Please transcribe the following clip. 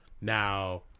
Now